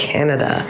Canada